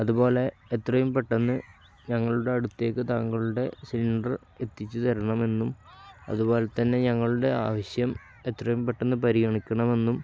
അതുപോലെ എത്രയും പെട്ടെന്ന് ഞങ്ങളുടെ അടുത്തേക്ക് താങ്കളുടെ സിലിണ്ടർ എത്തിച്ചു തരണമെന്നും അതുപോലെ തന്നെ ഞങ്ങളുടെ ആവശ്യം എത്രയും പെട്ടെന്നു പരിഗണിക്കണമെന്നും